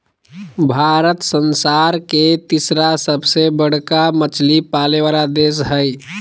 भारत संसार के तिसरा सबसे बडका मछली पाले वाला देश हइ